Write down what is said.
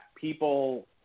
people